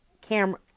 camera